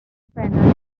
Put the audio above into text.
ben